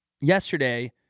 yesterday